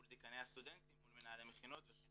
מול דיקני הסטודנטים ומול מנהלי מכינות וכן